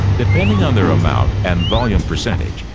depending on their amount and volume percentage,